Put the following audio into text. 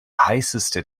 heißeste